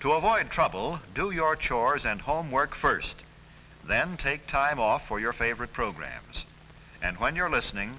to avoid trouble do your chores and homework first and then take time off for your favorite programs and when you're listening